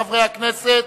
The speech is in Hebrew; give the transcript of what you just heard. חברי הכנסת,